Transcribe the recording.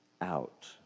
out